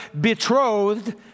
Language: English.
betrothed